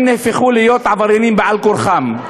הם הפכו להיות עבריינים על-כורחם.